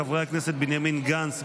חברי הכנסת בנימין גנץ,